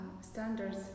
standards